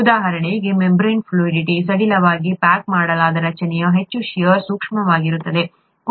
ಉದಾಹರಣೆಗೆ ಮೆಂಬರೇನ್ ಫ್ಲೂಯಿಡಿಟಿ'membrane fluidity' ಸಡಿಲವಾಗಿ ಪ್ಯಾಕ್ ಮಾಡಲಾದ ರಚನೆಯು ಹೆಚ್ಚು ಷೇರ್ ಸೂಕ್ಷ್ಮವಾಗಿರುತ್ತದೆ